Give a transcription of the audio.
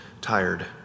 tired